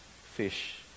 fish